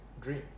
dream